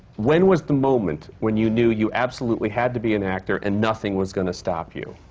when was the moment when you knew you absolutely had to be an actor and nothing was going to stop you?